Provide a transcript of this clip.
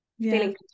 feeling